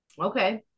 Okay